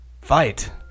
Fight